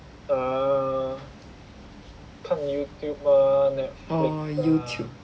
orh YouTube